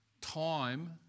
Time